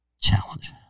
challenge